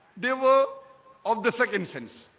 they were of the second sense.